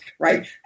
Right